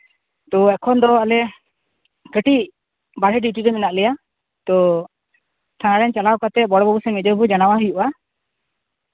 ᱛᱳ ᱮᱠᱷᱚᱱ ᱫᱚ ᱟᱞᱮ ᱠᱟᱹᱴᱤᱡ ᱵᱟᱦᱨᱮ ᱰᱤᱭᱩᱴᱤ ᱨᱮ ᱢᱮᱱᱟᱜ ᱞᱮᱭᱟ ᱛᱳ ᱛᱷᱟᱱᱟ ᱨᱮ ᱪᱟᱞᱟᱣ ᱠᱟᱛᱮᱫ ᱵᱚᱲᱚ ᱵᱟᱹᱵᱩ ᱥᱮ ᱢᱮᱡᱳ ᱵᱟᱹᱵᱩ ᱡᱟᱱᱟᱣ ᱟᱭ ᱦᱩᱭᱩᱜᱼᱟ